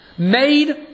made